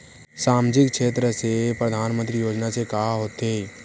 सामजिक क्षेत्र से परधानमंतरी योजना से का होथे?